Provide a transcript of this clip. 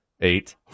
Eight